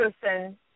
person